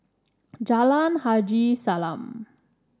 Jalan Haji Salam